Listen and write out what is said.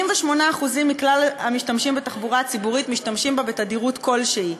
88% מכלל המשתמשים בתחבורה הציבורית משתמשים בה בתדירות כלשהי,